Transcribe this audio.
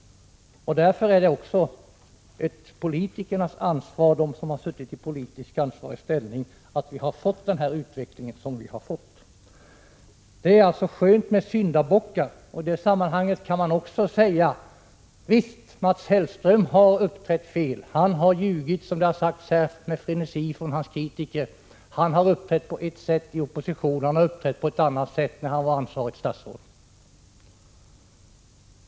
Därför är det också ett politikernas ansvar, för dem som har suttit i politiskt ansvarig ställning, att det har blivit en sådan här utveckling. Det är alltså skönt med syndabockar, och i det sammanhanget kan man också säga: Visst har Mats Hellström uppträtt felaktigt. Han har ljugit, som hans kritiker säger med frenesi. Han har uppträtt på ett sätt i opposition och på ett annat sätt när han var ansvarigt statsråd.